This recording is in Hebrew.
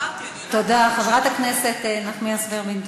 חברת הכנסת נחמיאס ורבין.